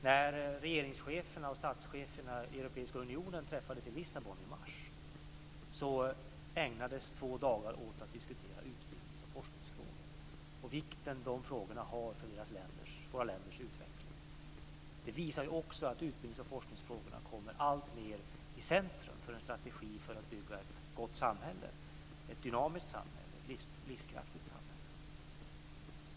När regeringscheferna och statscheferna i Europeiska unionen träffades i Lissabon i mars ägnades två dagar åt att diskutera utbildnings och forskningsfrågor och vikten av de frågorna för våra länders utveckling. Det visar också att utbildnings och forskningsfrågorna kommer alltmer i centrum för en strategi för att bygga ett gott samhälle, ett dynamiskt samhälle, ett livskraftigt samhälle.